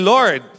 Lord